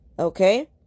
Okay